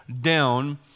down